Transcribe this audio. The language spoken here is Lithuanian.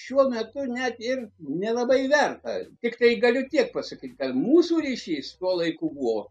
šiuo metu net ir nelabai vertas tiktai galiu tiek pasakyt kad mūsų ryšys tuo laiku buvo